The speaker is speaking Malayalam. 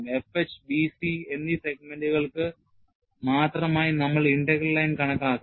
FH BC എന്നീ സെഗ്മെന്റുകൾക്ക് മാത്രമായി നമ്മൾ ഇന്റഗ്രൽ ലൈൻ കണക്കാക്കണം